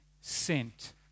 sent